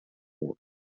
war